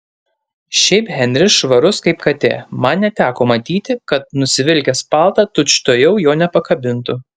šiaip henris švarus kaip katė man neteko matyti kad nusivilkęs paltą tučtuojau jo nepakabintų